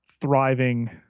thriving